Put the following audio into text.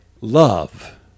love